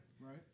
Right